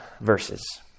verses